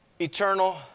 eternal